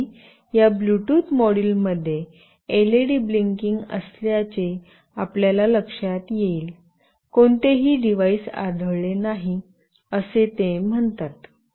आणि या Bluetooth module मध्ये एलईडी ब्लिंकिंग असल्याची आपल्याला लक्षात येईल कोणतेही डिव्हाइस आढळले नाही असे ते म्हणतात